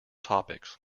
topics